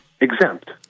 Exempt